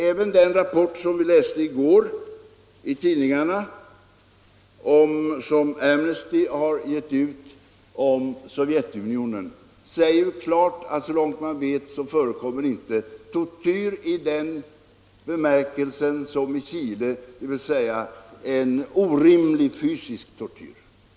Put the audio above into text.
Även den rapport vi läste i går i tidningarna, som Amnesty International gett ut om Sovjetunionen, säger klart ifrån, att så långt man vet förekommer inte någon tortyr i samma bemärkelse som i Chile, alltså en orimlig fysisk tortyr.